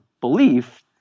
belief